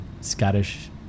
Scottish